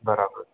बराबरि